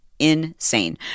insane